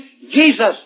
Jesus